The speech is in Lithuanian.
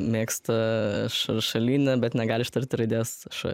mėgsta šaršalynę bet negali ištarti raidės š